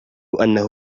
أنه